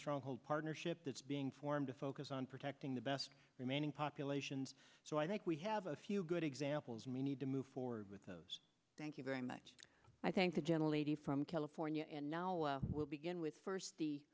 stronghold partnership that's being formed to focus on protecting the best remaining populations so i think we have a few good examples may need to move forward with those thank you very much i thank the general a d from california and now i will begin with first the